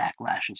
backlashes